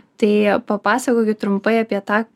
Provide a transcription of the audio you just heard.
tai papasakokit trumpai apie tą